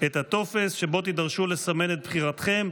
את הטופס שבו תידרשו לסמן את בחירתכם,